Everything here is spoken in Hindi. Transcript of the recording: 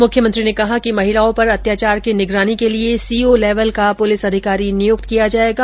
मुख्यमंत्री ने कहा कि महिलाओं पर अत्याचार की निगरानी के लिये सीओ लैवल का पुलिस अधिकारी नियुक्त किया जायेगा